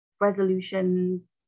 resolutions